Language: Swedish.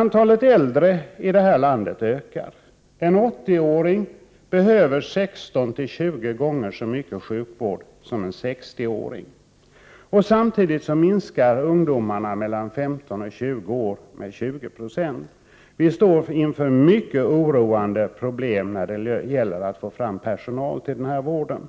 Antalet äldre i vårt land ökar. En 80-åring behöver 16-20 gånger så mycket sjukvård som en 60-åring. Samtidigt minskar antalet ungdomar mellan 15 och 20 år med 20 26. Vi står inför mycket oroande problem när det gäller att få fram personal till äldrevården.